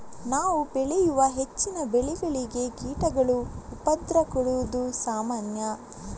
ನಾವು ಬೆಳೆಯುವ ಹೆಚ್ಚಿನ ಬೆಳೆಗಳಿಗೆ ಕೀಟಗಳು ಉಪದ್ರ ಕೊಡುದು ಸಾಮಾನ್ಯ